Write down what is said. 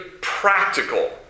practical